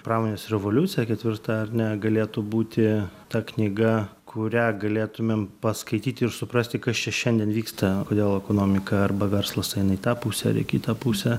pramonės revoliucija ketvirta ar ne galėtų būti ta knyga kurią galėtumėm paskaityti ir suprasti kas čia šiandien vyksta kodėl ekonomika arba verslas eina į tą pusę ar į kitą pusę